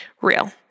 real